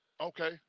okay